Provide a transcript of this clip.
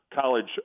college